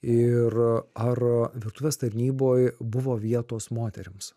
ir ar virtuvės tarnyboj buvo vietos moterims